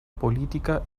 política